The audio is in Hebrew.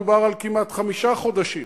מדובר על כמעט חמישה חודשים.